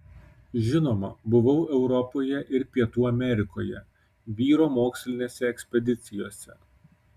žinoma buvau europoje ir pietų amerikoje vyro mokslinėse ekspedicijose